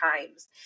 times